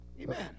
Amen